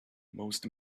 most